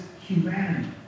humanity